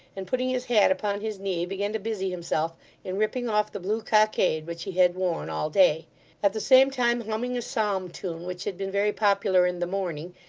and putting his hat upon his knee, began to busy himself in ripping off the blue cockade which he had worn all day at the same time humming a psalm tune which had been very popular in the morning,